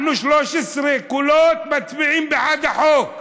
אנחנו 13 קולות, מצביעים בעד החוק,